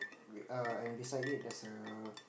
err and beside it there's a